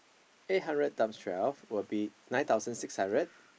eight hundred times twelve will be nine thousand six hundred